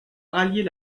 rallier